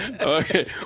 Okay